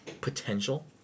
Potential